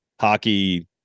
hockey